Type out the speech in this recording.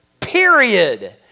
period